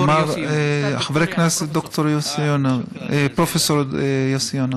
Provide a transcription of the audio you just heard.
להלן תרגומם הסימולטני: חבר הכנסת פרופ' יוסי יונה,